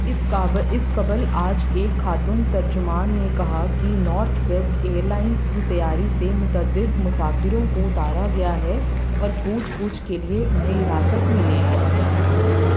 اس قبل آج ایک خاتون ترجمان نے کہا کہ نارتھ ویسٹ ایئر لائنز کی تیاری سے متعدد مسافروں کو اتارا گیا ہے اور پوچھ گچھ کے لیے انہیں حراست میں لے لیا گیا ہے